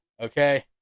okay